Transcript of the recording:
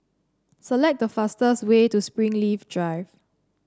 select the fastest way to Springleaf Drive